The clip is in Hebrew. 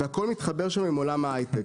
והכול מתחבר שם עם עולם ההייטק.